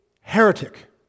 heretic